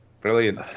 brilliant